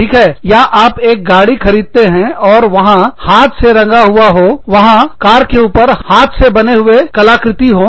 ठीक है या आप एक गाड़ी खरीदते हैं और वहां हाथ से रंगा हुआ हो वहां कार के ऊपर हाथ से बने हुए कलाकृति हो